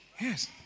Yes